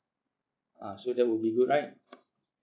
ah so that will be good right